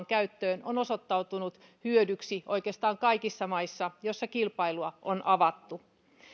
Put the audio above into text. käyttöön on osoittautunut hyödyksi oikeastaan kaikissa maissa joissa kilpailua on avattu